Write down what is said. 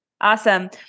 Awesome